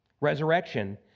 Resurrection